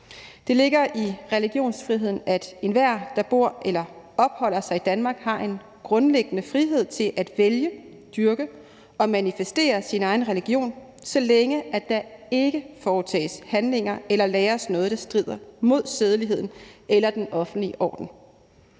Det ligger i religionsfriheden, at enhver, der bor eller opholder sig i Danmark, har en grundlæggende frihed til at vælge, dyrke og manifestere sin egen religion, så længe der ikke foretages handlinger eller læres noget, der strider mod sædeligheden eller den offentlige orden.